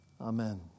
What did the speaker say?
Amen